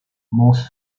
mons